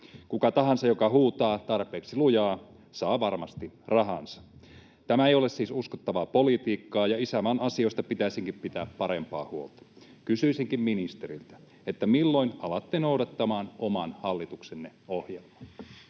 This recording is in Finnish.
Kuka tahansa, joka huutaa tarpeeksi lujaa, saa varmasti rahansa. Tämä ei ole siis uskottavaa politiikkaa, ja isänmaan asioista pitäisikin pitää parempaa huolta. Kysyisinkin ministeriltä: milloin alatte noudattamaan oman hallituksenne ohjelmaa?